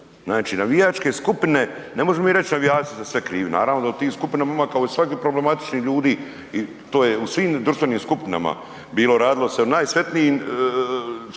Znači navijačke skupine, ne možemo mi reći navijači su za sve krivi, naravno da u tim skupinama kao i svagdje problematičnih ljudi, to je u svim društvenim skupinama bilo radilo se, uvijek